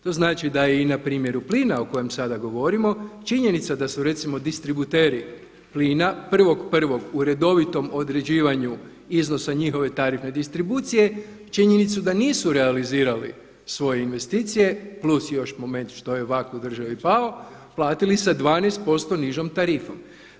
To znači da je i na primjeru plina o kojem sada govorimo činjenica da su recimo distributeri plina 1.1. u redovitom određivanju iznosa njihove tarifne distribucije činjenicu da nisu realizirali svoje investicije, plus još po meni što je … u državi pao platili sa 12% nižom tarifom.